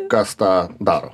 kas tą daro